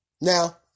Now